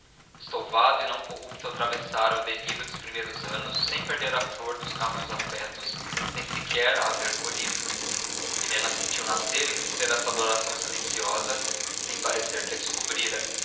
estouvado e não corrupto atravessara o delírio dos primeiros anos sem perder a flor dos castos afetos sem sequer a haver colhido helena sentiu nascer e crescer essa adoração silenciosa sem parecer que a descobrira